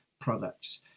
products